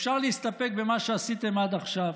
אפשר להסתפק במה שעשיתם עד עכשיו.